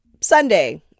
Sunday